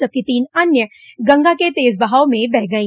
जबकि तीन अन्य गंगा के तेज बहाव में बह गई